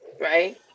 right